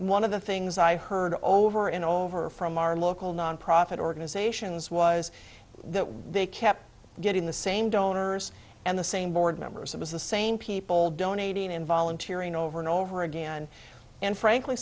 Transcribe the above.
one of the things i heard over and over from our local nonprofit organizations was that what they kept getting the same donors and the same board members it was the same people donating and volunteer and over and over again and frankly